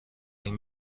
این